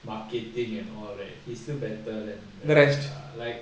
marketing and all right he's still better than the rest lah like